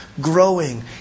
growing